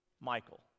Michael